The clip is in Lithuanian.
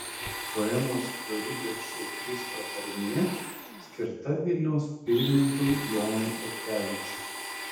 poemos dorybės šauklys pratarmė skirta vilniaus pilininkui jonui chodkevičiui